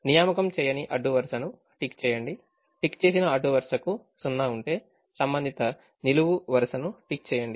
నియామకం చేయని అడ్డు వరుసను టిక్ చేయండి టిక్ చేసిన అడ్డు వరుసకు సున్నా ఉంటే సంబంధిత నిలువు వరుసను టిక్ చేయండి